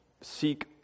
seek